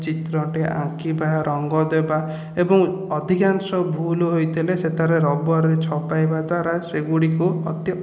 ଚିତ୍ରଟିଏ ଆଙ୍କିବା ରଙ୍ଗ ଦେବା ଏବଂ ଅଧିକାଂଶ ଭୁଲ ହୋଇଥିଲେ ସେ ତାର ରବରରେ ଛପାଇବା ଦ୍ୱାରା ସେଗୁଡ଼ିକୁ ଅତି